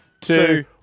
two